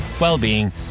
well-being